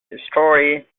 history